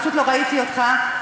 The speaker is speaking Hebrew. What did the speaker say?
פשוט לא ראיתי אותך.